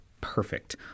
perfect